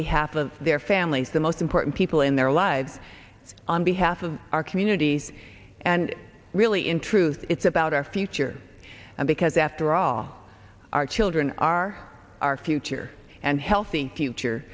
behalf of their families the most important people in their lives on behalf of our communities and really in truth it's about our future because after all our children are our future and healthy